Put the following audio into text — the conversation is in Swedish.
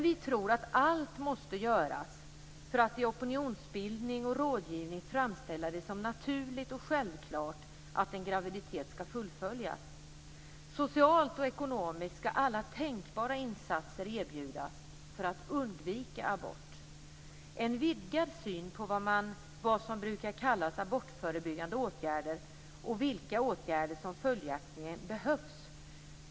Vi tror att allt måste göras för att i opinionsbildning och rådgivning framställa det som naturligt och självklart att en graviditet skall fullföljas. Socialt och ekonomiskt skall alla tänkbara insatser erbjudas för att undvika abort. Vi måste föreslå en vidgad syn på vad som brukar kallas abortförebyggande åtgärder och vilka åtgärder som följaktligen behövs.